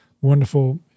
wonderful